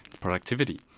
productivity